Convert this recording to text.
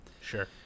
Sure